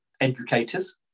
educators